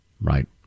Right